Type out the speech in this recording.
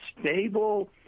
stable